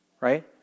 right